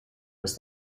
was